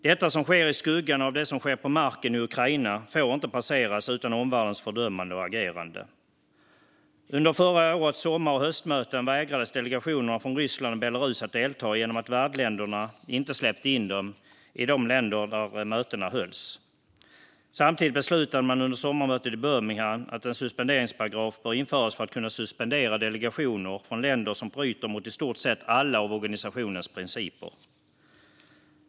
Detta, som sker i skuggan av det som sker på marken i Ukraina, får inte passera utan omvärldens fördömande och agerande. Under förra årets sommar och höstmöten vägrades delegationerna från Ryssland och Belarus att delta genom att värdländerna inte släppte in dem i de länder där mötena hölls. Samtidigt beslutade man under sommarmötet i Birmingham om att en suspenderingsparagraf bör införas för att kunna suspendera delegationer från länder som bryter mot i stort sett alla av organisationens principer.